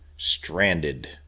Stranded